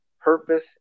purpose